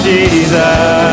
Jesus